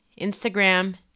Instagram